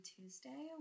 Tuesday